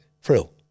Frill